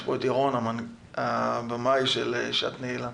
נמצא פה ירון, הבמאי של "שעת נעילה".